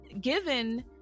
given